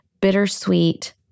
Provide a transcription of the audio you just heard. bittersweet